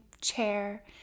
chair